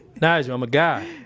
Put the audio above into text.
nigel, i'm a guy.